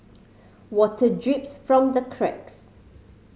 water drips from the cracks